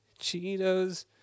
Cheetos